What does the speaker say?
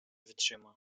wytrzyma